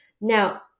Now